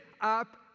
up